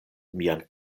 mian